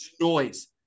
noise